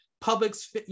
public's